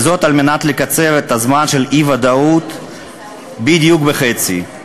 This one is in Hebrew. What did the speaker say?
וזאת על מנת לקצר את הזמן של האי-ודאות בדיוק בחצי.